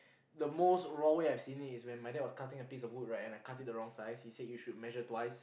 the most wrong way I've seen it is my dad was cutting a piece of wood and I cut it the wrong size he said you should measure twice